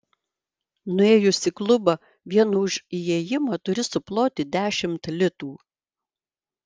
nuėjus į klubą vien už įėjimą turi suploti dešimt litų